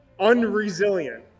unresilient